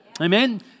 Amen